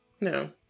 no